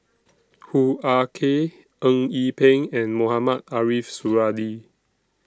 Hoo Ah Kay Eng Yee Peng and Mohamed Ariff Suradi